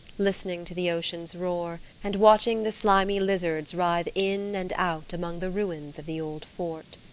listening to the ocean's roar and watching the slimy lizards writhe in and out among the ruins of the old fort.